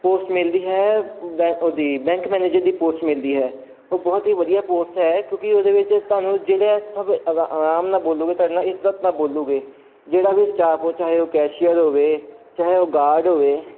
post ਮਿਲਦੀ ਹੈ ਬ ਉਹਦੀ ਬੈਂਕ ਮੈਨੇਜਰ ਦੀ ਪੋਸਟ ਮਿਲਦੀ ਹੈ ਉਹ ਬਹੁਤ ਹੀ ਵਧੀਆ ਪੋਸਟ ਹੈ ਕਿਉਂਕਿ ਉਹਦੇ ਵਿੱਚ ਤੁਹਾਨੂੰ ਜਿਹੜੇ ਸਭ ਆਰਾ ਆਰਾਮ ਨਾਲ ਬੋਲੂਗੇ ਤੁਹਾਡੇ ਨਾਲ ਇੱਜ਼ਤ ਨਾਲ ਬੋਲੂਗੇ ਜਿਹੜਾ ਵੀ ਸਟਾਫ ਹੋ ਚਾਹੇ ਉਹ ਕੈਸ਼ੀਅਰ ਹੋਵੇ ਚਾਹੇ ਉਹ ਗਾਰਡ ਹੋਵੇ